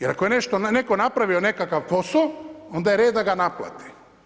Jer ako je netko napravio nekakav posao, onda je red da ga naplate.